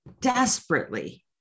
desperately